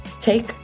take